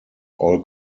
all